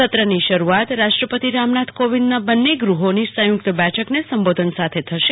સત્રની શરૃઆત રાષ્ટ્રપતિ રામનાથ કોવિંદના બંને ગૃહોની સંયુક્ત બેઠકને સંબોધન સાથે થશે